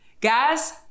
guys